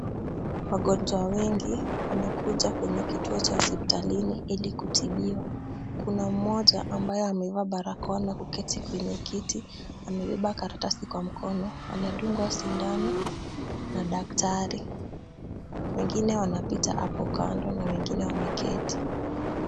Wagonjwa wengi wamekuja kwenye kituo cha hospitalini ili kutibiwa. Kuna mmoja ambaye amevaa barakoa na kuketi kwenye kiti, amebeba karatasi kwa mkono, anadungwa sindano na daktari. Wengine wanapita hapo kando na wengine wameketi.